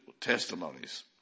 testimonies